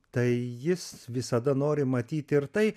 tai jis visada nori matyt ir tai